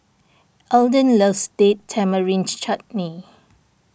Elden loves Date Tamarind Chutney